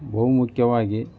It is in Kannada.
ಬಹುಮುಖ್ಯವಾಗಿ